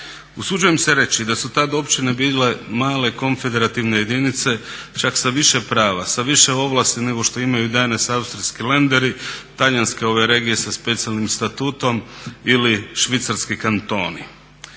Usuđujem se reći da su tada općine bile male konfederativne jedinice čak sa više prava, sa više ovlasti nego što imaju danas austrijski lenderi, talijanske regije sa specijalnim statutom ili Švicarski kantoni.